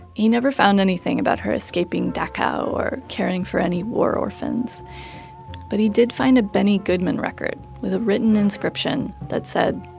he never found anything about her escaping dachau or caring for any war orphans but he did find a benny goodman record with a written inscription that said,